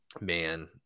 man